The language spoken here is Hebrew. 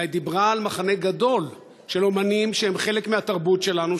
אלא היא דיברה על מחנה גדול של אמנים שהם חלק מהתרבות שלנו,